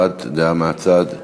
הבעת דעה מהצד.